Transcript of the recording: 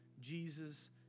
Jesus